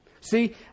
See